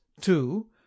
two